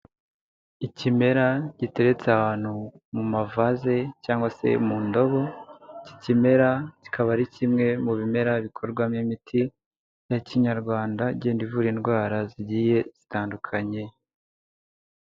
Ikimera giteretse abantu mu mavaze cyangwa se mu ndobo, ikikimera kikaba ari kimwe mu bimera bikorwamo imiti ya Kinyarwanda genda ivura indwara zigiye zitandukanye.